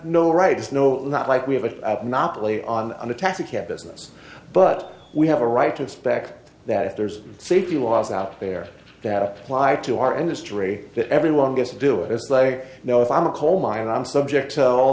no rights no not like we have a monopoly on a taxicab business but we have a right to expect that if there's safety was out there that apply to our industry that everyone gets to do it it's like you know if i'm a coal mine and i'm subject to all